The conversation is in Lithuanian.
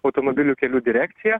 automobilių kelių direkcija